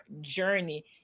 journey